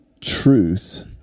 truth